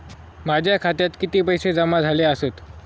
माझ्या खात्यात किती पैसे जमा झाले आसत?